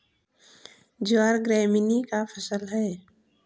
ज्वार ग्रैमीनी का फसल है